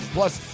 Plus